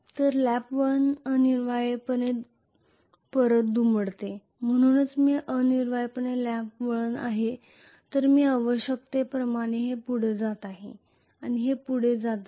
तर लॅप वळण अनिवार्यपणे परत दुमडते म्हणूनच हे अनिवार्यपणे लॅप वळण आहे तर मी आवश्यकपणे हे पुढे जात आहे आणि हे पुढे आणि पुढे जात आहे